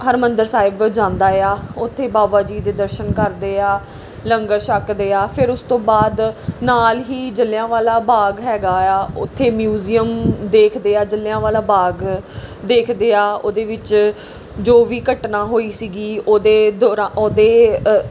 ਹਰਿਮੰਦਰ ਸਾਹਿਬ ਜਾਂਦਾ ਆ ਓਥੇ ਬਾਬਾ ਜੀ ਦੇ ਦਰਸ਼ਨ ਕਰਦੇ ਆ ਲੰਗਰ ਛੱਕਦੇ ਆ ਫੇਰ ਉਸ ਤੋਂ ਬਾਅਦ ਨਾਲ ਹੀ ਜਲਿਆਂ ਵਾਲਾ ਬਾਗ਼ ਹੈਗਾ ਆ ਓਥੇ ਮਿਊਜ਼ੀਅਮ ਦੇਖਦੇ ਆ ਜਲਿਆਂ ਵਾਲਾ ਬਾਗ਼ ਦੇਖਦੇ ਆ ਉਹਦੇ ਵਿੱਚ ਜੋ ਵੀ ਘਟਨਾ ਹੋਈ ਸੀਗੀ ਉਹਦੇ ਦੋਰਾ ਉਹਦੇ